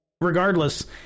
regardless